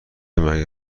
مگه